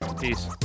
Peace